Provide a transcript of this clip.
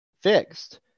fixed